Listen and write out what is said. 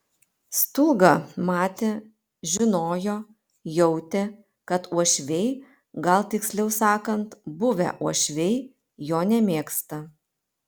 stulga matė žinojo jautė kad uošviai gal tiksliau sakant buvę uošviai jo nemėgsta